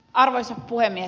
arvoisa puhemies